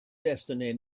destiny